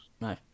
no